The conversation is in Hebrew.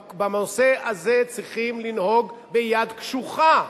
בנושא הזה צריכים לנהוג ביד קשוחה.